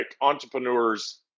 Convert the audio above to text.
entrepreneurs